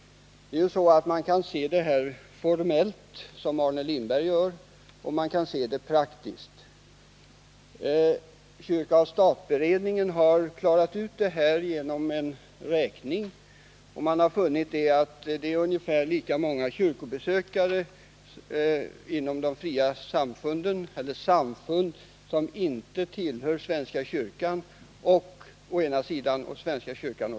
Man kan se denna fråga formellt, som Arne Lindberg gör, eller praktiskt. Kyrka-stat-beredningen har klarat ut detta genom en räkning. Man har funnit att det är ungefär lika många kyrkobesökare å ena sidan inom samfund som inte tillhör svenska kyrkan och å andra sidan inom svenska kyrkan.